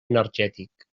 energètic